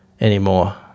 anymore